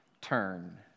turn